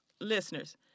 listeners